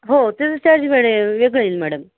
हो त्याचं चार्ज वेगळे वेगळे तर मॅडम